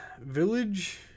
Village